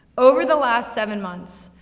over the last seven months,